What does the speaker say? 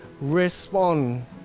respond